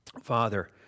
Father